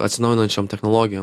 atsinaujinančiom technologijų